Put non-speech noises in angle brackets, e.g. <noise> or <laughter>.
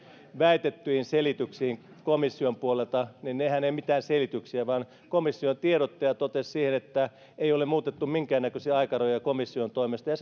väitettyihin selityksiin komission puolelta niin nehän eivät ole mitään selityksiä vaan komission tiedottaja totesi siihen että ei ole muutettu minkäännäköisiä aikarajoja komission toimesta ja <unintelligible>